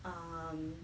um